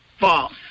false